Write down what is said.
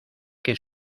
que